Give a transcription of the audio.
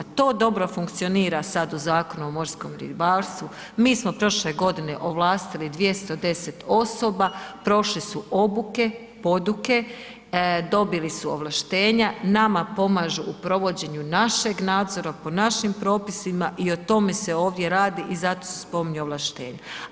To dobro funkcionira sad u Zakonu o morskom ribarstvu, mi smo prošle godine 210 osoba, prošli su obuke, poduke, dobili su ovlaštenja, nama pomažu u provođenju našeg nadzora, po našim propisima i o tome se ovdje radi i zato se spominju ovlaštenja.